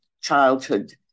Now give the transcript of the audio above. childhood